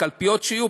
הקלפיות שיהיו,